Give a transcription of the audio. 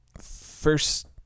First